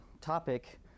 topic